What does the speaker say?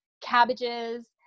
cabbages